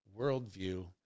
worldview